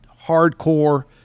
hardcore